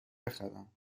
بخرم